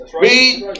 read